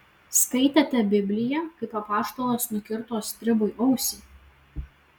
skaitėte bibliją kaip apaštalas nukirto stribui ausį